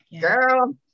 girl